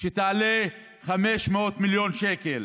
שתעלה 500 מיליון שקל,